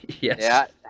Yes